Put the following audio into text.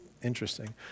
Interesting